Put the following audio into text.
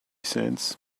cents